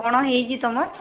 କ'ଣ ହେଇଛି ତୁମର